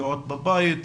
פגיעות בבית,